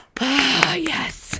yes